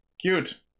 cute